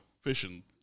fishing